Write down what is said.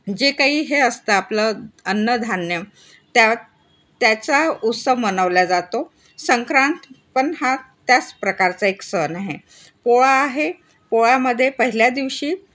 जे काही हे असतं आपलं अन्नधान्य त्या त्याचा उत्सव मनवल्या जातो संक्रांत पण हा त्याच प्रकारचा एक सण आहे पोळा आहे पोळ्यामध्ये पहिल्या दिवशी